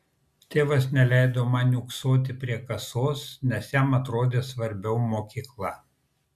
tėvas neleido man niūksoti prie kasos nes jam atrodė svarbiau mokykla